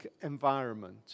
environment